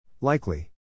Likely